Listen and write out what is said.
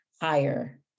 higher